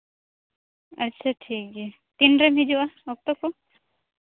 ᱟᱪᱪᱷᱟ ᱴᱷᱤᱠ ᱜᱮᱭᱟ ᱛᱤᱱ ᱨᱮᱢ ᱦᱤᱡᱩᱜᱼᱟ ᱚᱠᱛᱚ ᱠᱚ